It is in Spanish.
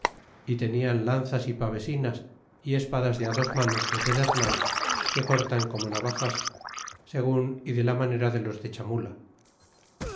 y tenian lanzas y pavesinas y espadas de á dos manos de pedernal que cortan como navajas segun y de la manera de los de chamula